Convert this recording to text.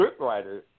scriptwriter